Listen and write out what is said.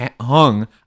hung